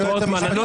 את זה.